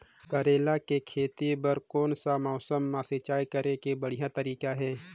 करेला के खेती बार कोन सा समय मां सिंचाई करे के बढ़िया तारीक हे?